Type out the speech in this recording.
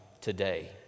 today